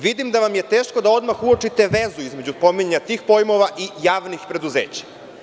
Vidim da vam je teško da odmah uočite vezu između pominjanja tih pojmova i javnih preduzeća.